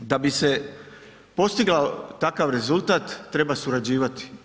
Da bi se postigao takav rezultat, treba surađivati.